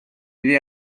iddi